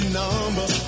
number